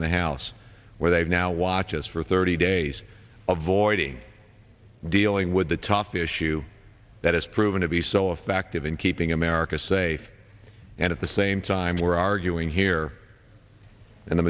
in the house where they've now watches for thirty days of voiding dealing with the top issue that has proven to be so effective in keeping america safe and at the same time we're arguing here and the